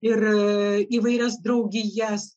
ir įvairias draugijas